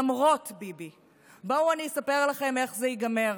למרות ביבי, בואו אני אספר לכם איך זה ייגמר: